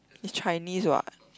it's Chinese what